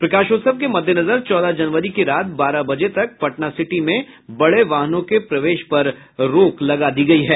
प्रकाशोत्सव के मद्देनजर चौदह जनवरी की रात बारह बजे तक पटनासिटी में बड़े वाहनों के प्रवेश पर रोक लगा दी गयी है